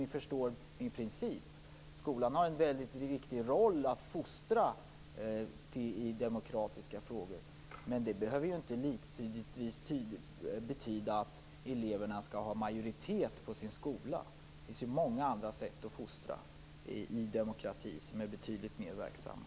Ni förstår min princip: Skolan har en viktig roll att fostra i demokratiska frågor. Men det behöver inte nödvändigtvis betyda att eleverna skall ha majoritet på sin skola. Det finns många andra sätt att fostra i demokrati som är betydligt mer verksamma.